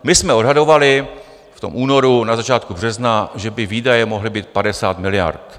My jsme odhadovali v tom únoru, na začátku března, že by výdaje mohly být 50 miliard.